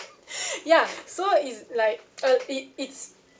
ya so is like uh it it's